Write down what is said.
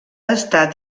estat